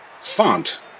font